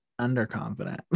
underconfident